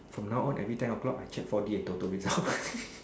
from now on every ten O-clock I check four D and ToTo results